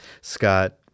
Scott